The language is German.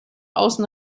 außen